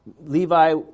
Levi